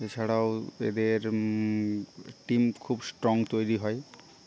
এছাড়াও এদের টিম খুব স্টং তৈরি হয়